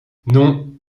non